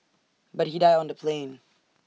but he died on the plane